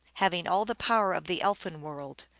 having all the power of the elfin-world.